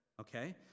okay